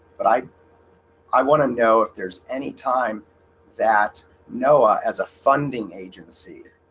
but i i want to know if there's any time that noah as a funding agency